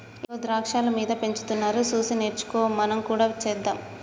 ఇగో ద్రాక్షాలు మీద పెంచుతున్నారు సూసి నేర్చుకో మనం కూడా సెద్దాం